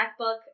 MacBook